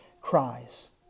cries